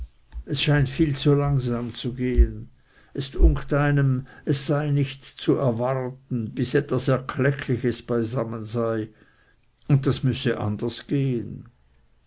es scheint viel zu langsam zu gehen es dunkt einem es sei nicht zu erwarten bis etwas erkleckliches beisammen sei und das müsse anders gehen